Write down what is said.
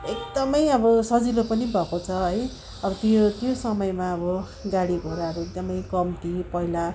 एकदमै अब सजिलो पनि भएको छ है अब त्यो त्यो समयमा अब गाडीघोडाहरू एकदमै कम्ती पहिला